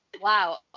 wow